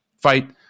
fight